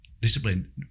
discipline